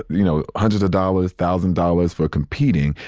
you know, hundreds of dollars, thousand dollars for a competing.